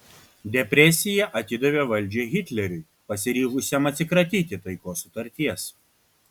depresija atidavė valdžią hitleriui pasiryžusiam atsikratyti taikos sutarties